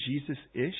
Jesus-ish